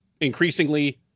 increasingly